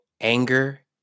anger